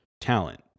talent